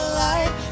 light